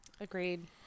Agreed